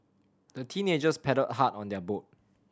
the teenagers paddled hard on their boat